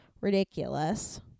ridiculous